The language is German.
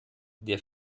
der